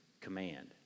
command